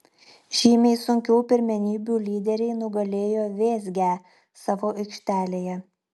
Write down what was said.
žymiai sunkiau pirmenybių lyderiai nugalėjo vėzgę savo aikštelėje